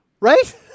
Right